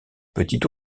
petit